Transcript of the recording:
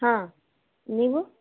ಹಾಂ ನೀವು